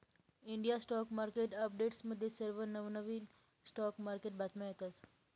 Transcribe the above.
India stock market अपडेट्समध्ये सर्व नवनवीन स्टॉक मार्केट बातम्या येतात